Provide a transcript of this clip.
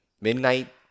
midnight